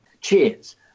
Cheers